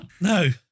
no